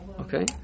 Okay